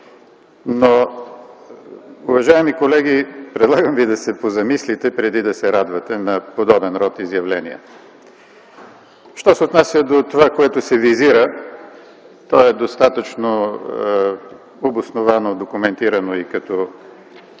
тук. Уважаеми колеги, предлагам ви да се позамислите преди да се радвате на подобен род изявления. Що се отнася до това, което се визира, то е достатъчно обосновано, документирано и като